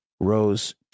rose